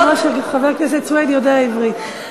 חבר הכנסת סוייד יודע עברית.